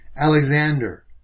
Alexander